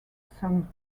some